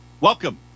Welcome